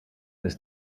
ist